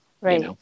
Right